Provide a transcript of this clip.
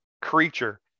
creature